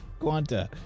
Guanta